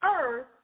Earth